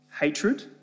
hatred